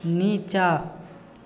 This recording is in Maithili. नीचाँ